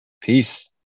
Peace